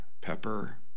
pepper